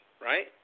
right